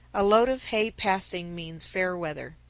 a load of hay passing means fair weather.